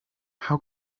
how